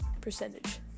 percentage